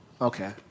Okay